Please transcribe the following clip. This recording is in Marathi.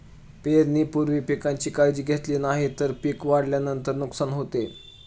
पेरणीपूर्वी पिकांची काळजी घेतली नाही तर पिक वाढल्यानंतर नुकसान होते